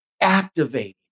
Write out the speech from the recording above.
activating